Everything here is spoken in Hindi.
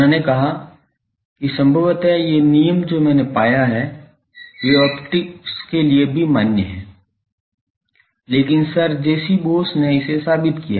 उन्होंने कहा कि संभवत ये नियम जो मैंने पाया है वे ऑप्टिक्स के लिए भी मान्य हैं लेकिन Sir J C Bose ने इसे साबित किया